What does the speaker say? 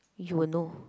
you will know